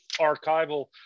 archival